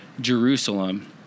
Jerusalem